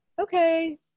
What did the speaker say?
okay